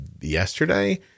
yesterday